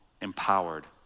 empowered